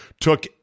took